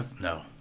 no